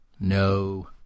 no